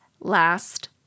last